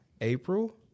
April